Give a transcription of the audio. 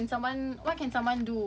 ya then after that we were like